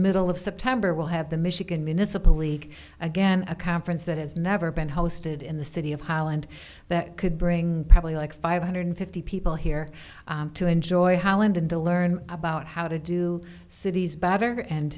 middle of september will have the michigan municipal league again a conference that has never been hosted in the city of holland that could bring probably like five hundred fifty people here to enjoy holland and to learn about how to do cities better and